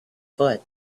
foot